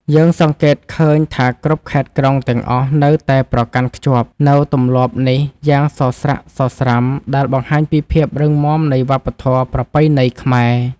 យើងសង្កេតឃើញថាគ្រប់ខេត្តក្រុងទាំងអស់នៅតែប្រកាន់ខ្ជាប់នូវទម្លាប់នេះយ៉ាងសស្រាក់សស្រាំដែលបង្ហាញពីភាពរឹងមាំនៃវប្បធម៌ប្រពៃណីខ្មែរ។